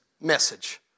message